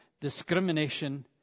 discrimination